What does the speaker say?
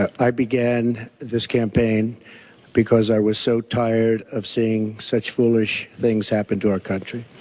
i began this campaign because i was so tired of seeing such foolish things happen to our country.